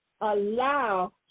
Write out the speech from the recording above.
allow